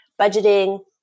budgeting